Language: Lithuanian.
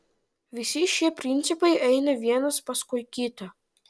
visi šie principai eina vienas paskui kitą